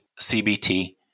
CBT